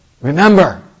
remember